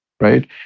right